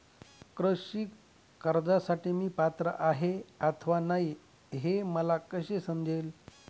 कृषी कर्जासाठी मी पात्र आहे अथवा नाही, हे मला कसे समजेल?